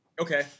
Okay